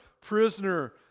prisoner